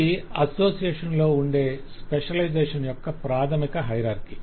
ఇది అసోసియేషన్లో ఉండే స్పెషలైజేషన్ యొక్క ప్రాథమిక హాయరార్కి